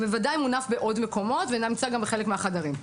בוודאי מונף בעוד מקומות ונמצא גם בחלק מן החדרים.